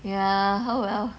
ya how well